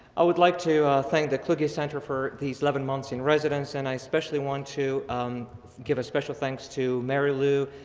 i would like to thank the kluge center for these eleven months in residence. and i especially want to give a special thanks to mary lou,